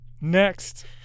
Next